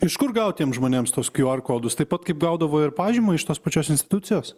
iš kur gaut tiems žmonėms tos q r kodus taip pat kaip gaudavo ir pažymą iš tos pačios institucijos